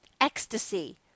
ecstasy